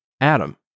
Adam